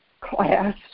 class